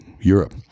Europe